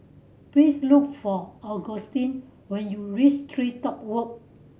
please look for Augustin when you reach TreeTop Walk